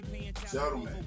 gentlemen